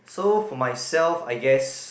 so for myself I guess